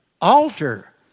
altar